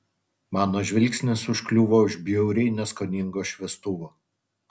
mano žvilgsnis užkliuvo už bjauriai neskoningo šviestuvo